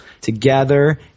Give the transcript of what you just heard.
together